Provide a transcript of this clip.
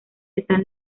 están